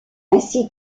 ainsi